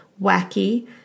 wacky